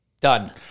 Done